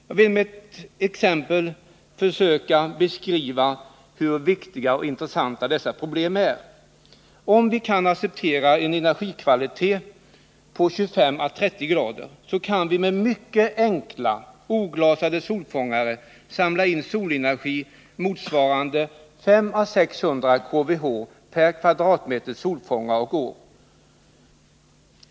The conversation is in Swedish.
Jag vill med ett exempel försöka beskriva hur viktiga och intressanta dessa problem är. Om vi kan acceptera en energikvalitet på 25-30”, så kan vi med mycket enkla, oglasade solfångare samla in solenergi motsvarande 500-600 kWh per m? solfångare och år.